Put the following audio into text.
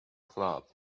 club